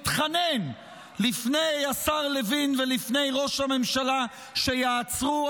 התחנן לפני השר לוין ולפני ראש הממשלה שיעצרו,